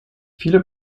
viele